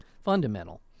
fundamental